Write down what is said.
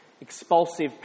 expulsive